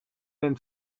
then